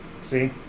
See